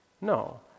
No